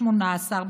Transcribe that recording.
18,